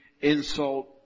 insult